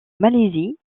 malaisie